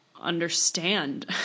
understand